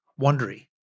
Wondery